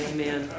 Amen